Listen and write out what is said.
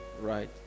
Right